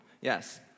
Yes